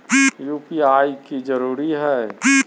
UPI की जरूरी है?